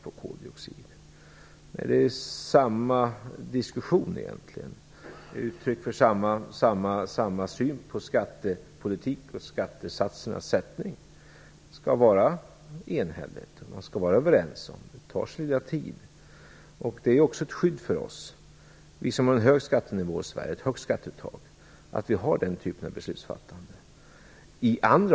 Dessa resonemang är egentligen samma diskussion. De ger uttryck för samma syn på skattepolitik och skattesatsernas fastställande. Det skall vara enhälligt, man skall vara överens. Det tar sin lilla tid. Det är också ett skydd för oss som har ett högt skatteuttag i Sverige att vi har den typen av beslutsfattande.